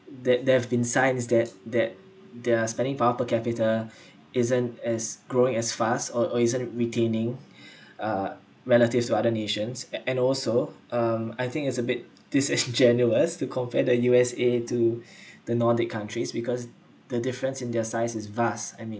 that there have been signs that that their spending power per capita isn't as growing as fast or or isn't retaining uh relative to other nations a~ and also um I think is a bit disingenuous to compare the U_S_A to the nordic countries because the difference in their size is vast I mean